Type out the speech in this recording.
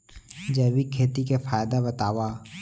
जैविक खेती के फायदा बतावा?